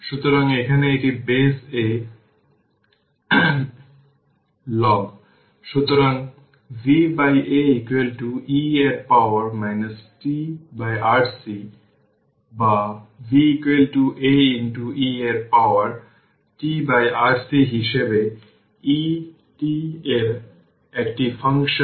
সুতরাং এটি 1515 5 হবে কারণ এটি 15 এই ভোল্টেজ v যে ভোল্টেজ ডিভিশন